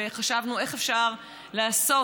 וחשבנו איך אפשר לעשות